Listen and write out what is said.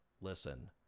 listen